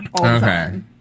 Okay